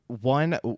one